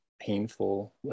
painful